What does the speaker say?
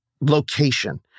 location